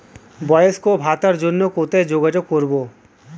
বয়স্ক ভাতার জন্য কোথায় যোগাযোগ করব?